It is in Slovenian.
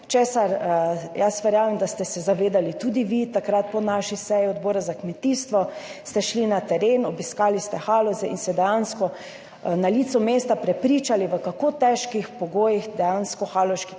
česar, verjamem, ste se zavedali tudi vi. Takrat, po naši seji odbora za kmetijstvo ste šli na teren, obiskali ste Haloze in se na licu mesta prepričali, v kako težkih pogojih dejansko haloški kmetje